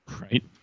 Right